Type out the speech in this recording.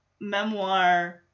memoir